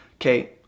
Okay